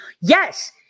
Yes